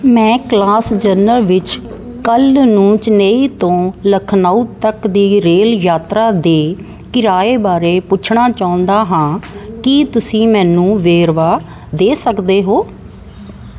ਮੈਂ class general ਵਿੱਚ ਕੱਲ੍ਹ ਨੂੰ ਚੇਨਈ ਤੋਂ ਲਖਨਊ ਤੱਕ ਦੀ ਰੇਲ ਯਾਤਰਾ ਦੇ ਕਿਰਾਏ ਬਾਰੇ ਪੁੱਛਣਾ ਚਾਹੁੰਦਾ ਹਾਂ ਕੀ ਤੁਸੀਂ ਮੈਨੂੰ ਵੇਰਵਾ ਦੇ ਸਕਦੇ ਹੋ